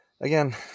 again